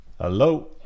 Hello